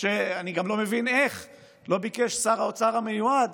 אני גם לא מבין איך לא ביקש שר האוצר המיועד